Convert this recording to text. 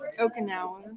Okinawa